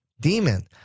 demon